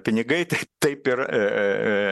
pinigai tai taip ir